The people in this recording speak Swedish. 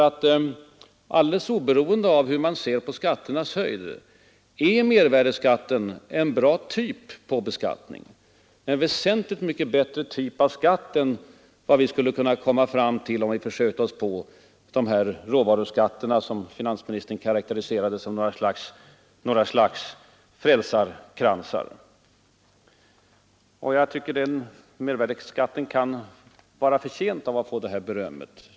Alldeles oberoende av hur man ser på skatternas höjd är nämligen mervärdeskatten en bra typ av beskattning — en väsentligt mycket bättre typ av skatt än vad vi skulle komma fram till om vi försökte oss på de råvaruskatter som finansministern karakteriserade som några slags frälsarkransar. Jag tycker att mervärdeskatten kan vara förtjänt av det här berömmet.